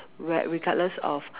re~ regardless of